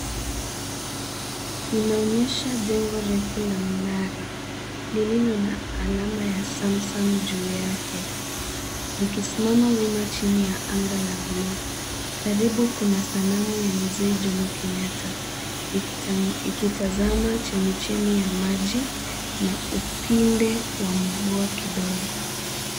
Inaonyesha jengo refu la mnara lililo na alama ya Samsung juu yake likisimama wima chini ya anga la bluu. Karibu kuna sanamu ya Mzee Jomo Kenyatta ikitazama chemichemi ya maji na upinde wa mvua kidogo.